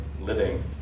living